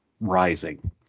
rising